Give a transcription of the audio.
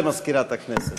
הודעה למזכירת הכנסת.